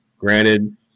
granted